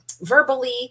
verbally